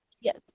Yes